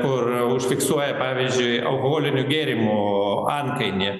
kur užfiksuoja pavyzdžiui aukoholinių gėrimų antkainį